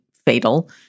Fatal